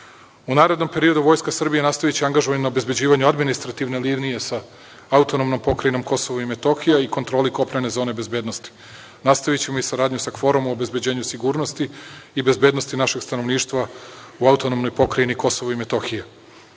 narednom periodu Vojska Srbija nastaviće angažovanje na obezbeđivanju administrativne linije sa AP Kosovo i Metohija i kontroli kopnene zone bezbednosti. Nastavićemo i saradnju sa KFOR-om o obezbeđenju sigurnosti i bezbednosti našeg stanovništva u AP Kosovo i Metohija. Sistem